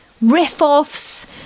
riff-offs